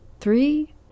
Three